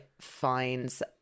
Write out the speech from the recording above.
finds